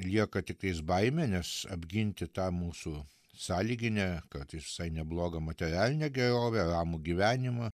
lieka tiktais baimė nes apginti tą mūsų sąlyginę kartais visai neblogą materialinę gerovę ramų gyvenimą